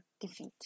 defeat